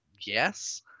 yes